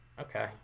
okay